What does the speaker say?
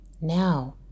Now